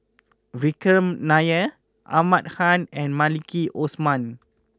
Vikram Nair Ahmad Khan and Maliki Osman